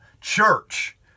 church